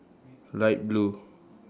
light blue